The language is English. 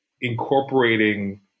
incorporating